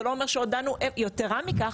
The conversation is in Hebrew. יתרה מכך,